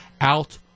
out